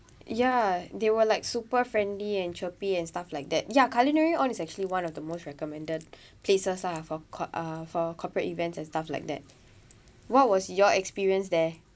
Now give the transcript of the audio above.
ya they were like super friendly and chirpy and stuff like that ya culinaryon is actually one of the most recommended places lah for co~ uh for corporate events and stuff like that what was your experience there